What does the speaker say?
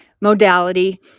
modality